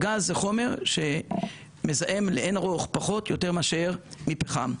שגז הוא חומר שמזהם לאין ערוך פחות מאשר פחם.